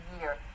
year